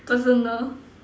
personal